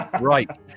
Right